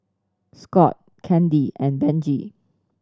Scot Candi and Benji